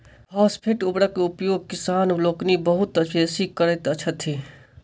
phosphate उर्वरकक उपयोग किसान लोकनि बहुत बेसी करैत छथि